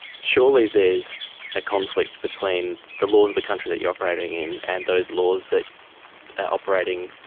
surely there's a conflict between the laws of the country that you're operating in and those laws that operating,